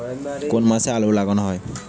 কোন মাসে আলু লাগানো হয়?